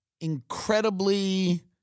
incredibly